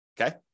okay